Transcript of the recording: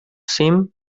seem